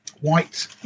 white